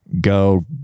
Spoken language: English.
go